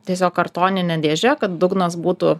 tiesiog kartonine dėže kad dugnas būtų